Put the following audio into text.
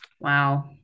wow